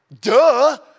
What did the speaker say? Duh